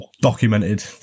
documented